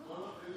אני,